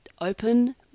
open